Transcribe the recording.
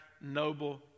noble